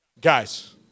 guys